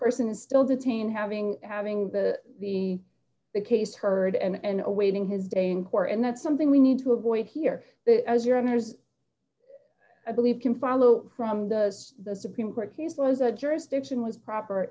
person is still detained having having the the the case heard and awaiting his day in court and that's something we need to avoid here as your honour's i believe can follow from those the supreme court case was a jurisdiction was proper